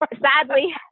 Sadly